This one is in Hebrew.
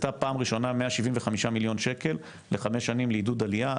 הקצתה פעם ראשונה 175 מיליון שקל לחמש שנים לעידוד עלייה.